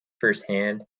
firsthand